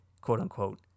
quote-unquote